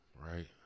Right